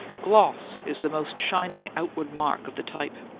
gloss is the most shining outward mark of the type.